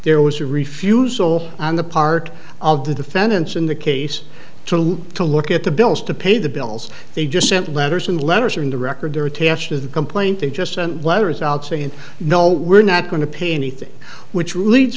there was a refusal on the part of the defendants in the case to to look at the bills to pay the bills they just sent letters and letters are in the record there attached to the complaint they just sent letters out saying no we're not going to pay anything which